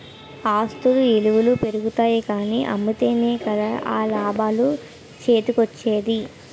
ఆస్తుల ఇలువలు పెరుగుతాయి కానీ అమ్మితేనే కదా ఆ లాభం చేతికోచ్చేది?